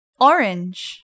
Orange